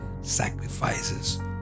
sacrifices